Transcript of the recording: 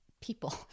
people